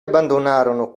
abbandonarono